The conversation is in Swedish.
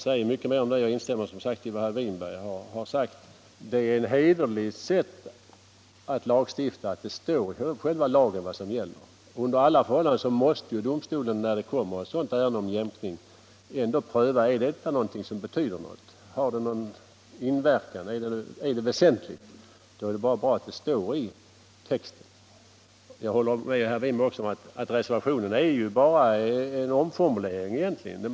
Det är ett hederligt sätt att lagstifta att det står i själva lagen vad som gäller. Domstolen måste under alla förhållanden när det kommer ett sådant ärende om jämkning pröva om det är väsentligt ändrade förhållanden. Då är det bara bra att det står i själva lagtexten. Jag håller också med herr Winberg om att reservationen bara är en omformulering.